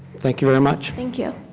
thank you very much. thank you.